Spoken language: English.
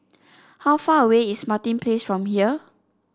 how far away is Martin Place from here